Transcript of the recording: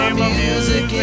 music